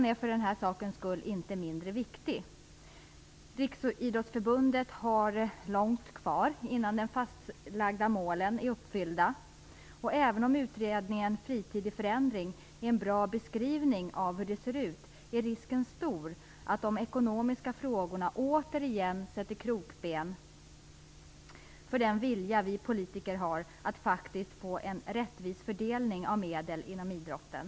Därmed inte sagt att frågan är mindre viktig. Riksidrottsförbundet har långt kvar innan de fastlagda målen är uppfyllda. Även om utredningen Fritid i förändring är en bra beskrivning av läget, är risken stor att de ekonomiska frågorna återigen sätter krokben för den vilja vi politiker har att få en rättvis fördelning av medel inom idrotten.